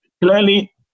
Clearly